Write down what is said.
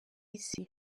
isi